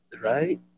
Right